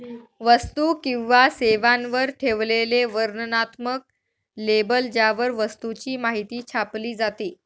वस्तू किंवा सेवांवर ठेवलेले वर्णनात्मक लेबल ज्यावर वस्तूची माहिती छापली जाते